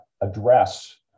address